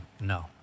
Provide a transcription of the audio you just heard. No